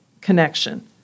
connection